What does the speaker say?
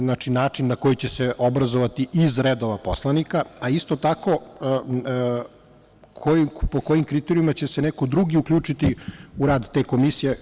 Znači, način na koji će se obrazovati iz redova poslanika, a isto tako po kojim kriterijumima će se neko drugi uključiti u rad ove komisije.